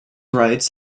rights